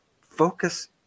focus